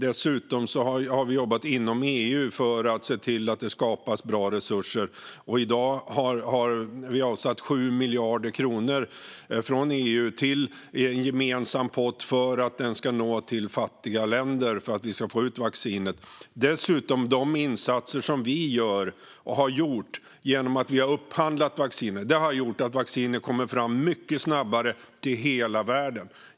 Dessutom har vi jobbat inom EU för att se till att det skapas bra resurser, och i dag har vi avsatt 7 miljarder kronor från EU till en gemensam pott som ska nå fattiga länder så att vi får ut vaccin till dem. De insatser vi gör och har gjort - bland annat att vi har upphandlat vacciner - har gjort att vacciner kommer fram mycket snabbare till hela världen.